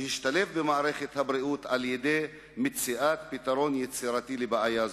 להשתלב במערכת הבריאות על-ידי מציאת פתרון יצירתי לבעיה זו.